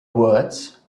words